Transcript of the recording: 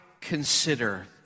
consider